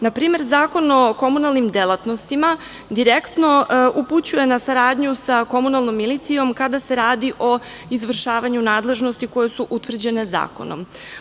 Na primer Zakon o komunalnim delatnostima, direktno upućuje na saradnju sa komunalnom milicijom, kada se radi o izvršavanju nadležnosti koje su utvrđene zakonom.